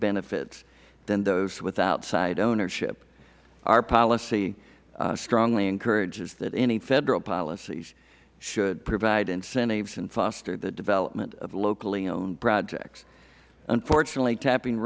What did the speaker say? benefits than those with outside ownership our policy strongly encourages that any federal policies should provide incentives and foster the development of locally owned projects unfortunately tapping